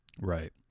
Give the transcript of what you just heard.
Right